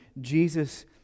Jesus